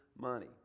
money